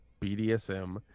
bdsm